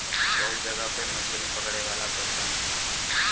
बहुत जगह पे मछरी पकड़े वाला बर्तन होला